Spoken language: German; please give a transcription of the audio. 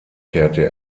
kehrte